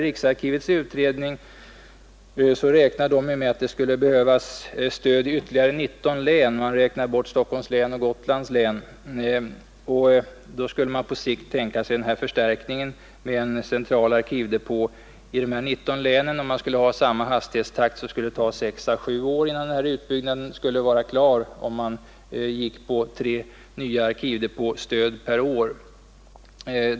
Riksarkivets utredning räknar emellertid med att det på sikt skulle behövas stöd i ytterligare 19 län — om man räknar bort Stockholms län och Gotlands län. Vid en förstärkning med en central arkivdepå för vart och ett av dessa 19 län, skulle det ta sex å sju år innan denna utbyggnad skulle vara klar, om man höll en utbyggnadstakt med tre arkivdepåer per år.